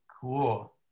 Cool